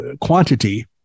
quantity